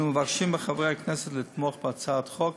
אנחנו מבקשים מחברי הכנסת לתמוך בהצעת החוק.